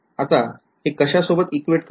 आता हे कशा सोबत equate करू